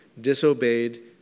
Disobeyed